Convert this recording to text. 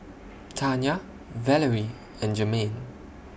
Tanya Valery and Jermain